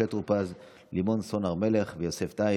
משה טור פז, לימור סון הר מלך ויוסף טייב.